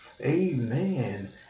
Amen